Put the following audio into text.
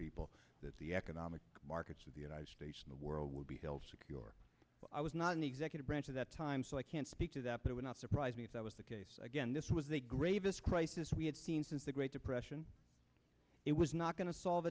people that the economic markets of the united states in the world would be held secure i was not in the executive branch of that time so i can't speak to that that would not surprise me if that was the case again this was a grave this crisis we have seen since the great depression it was not going to solve